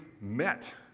met